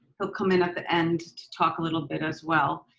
he'll come in at the end to talk a little bit as well.